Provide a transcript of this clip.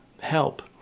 help